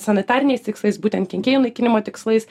sanitariniais tikslais būtent kenkėjų naikinimo tikslais